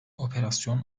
operasyon